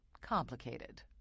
complicated